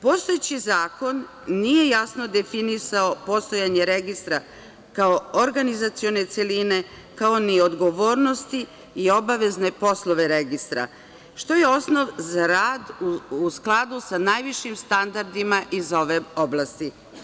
Postojeći zakon nije jasno definisao postojanje registra kao organizacione celine, kao ni odgovornosti i obavezne poslove registra, što je osnov za rad u skladu sa najvišim standardima iz ove oblasti.